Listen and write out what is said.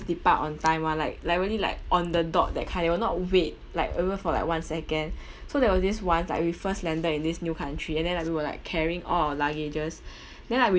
depart on time [one] like like really like on the dot that kind they will not wait like even for like one second so there was this once like we first landed in this new country and then like we were like carrying all our luggages then like we